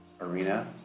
arena